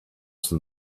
the